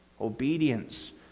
obedience